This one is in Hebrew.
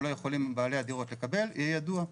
לא יכולים בעלי הדירות לקבל יהיה ידוע.